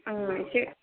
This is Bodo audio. एसे